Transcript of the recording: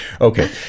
Okay